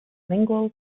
lingual